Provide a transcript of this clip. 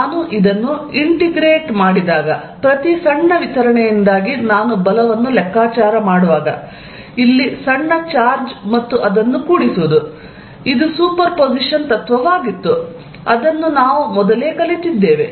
ನಾನು ಇದನ್ನು ಇಂಟೆಗ್ರಾಟ್ ಮಾಡಿದಾಗ ಪ್ರತಿ ಸಣ್ಣ ವಿತರಣೆಯಿಂದಾಗಿ ನಾನು ಬಲವನ್ನು ಲೆಕ್ಕಾಚಾರ ಮಾಡುವಾಗ ಇಲ್ಲಿ ಸಣ್ಣ ಚಾರ್ಜ್ ಮತ್ತು ಅದನ್ನು ಕೂಡಿಸುವುದು ಇದು ಸೂಪರ್ಪೋಸಿಷನ್ ತತ್ವವಾಗಿತ್ತು ಅದನ್ನು ನಾವು ಮೊದಲೇ ಕಲಿತಿದ್ದೇವೆ